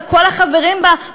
על כל החברים בה,